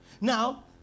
Now